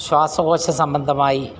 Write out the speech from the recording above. ശ്വാസകോശ സമ്പന്ധമായി